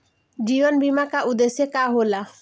जीवन बीमा का उदेस्य का होला?